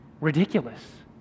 ridiculous